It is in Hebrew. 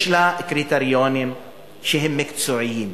יש לזה קריטריונים שהם מקצועיים.